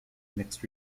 mixed